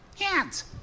Hands